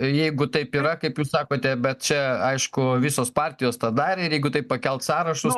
jeigu taip yra kaip jūs sakote bet čia aišku visos partijos tą darė ir jeigu taip pakelt sąrašus